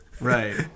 Right